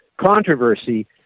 controversy